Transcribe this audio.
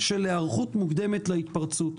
של היערכות מוקדמת להתפרצות.